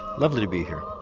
lovely to be here.